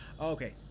okay